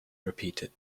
repeated